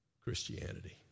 Christianity